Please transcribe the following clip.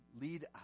lead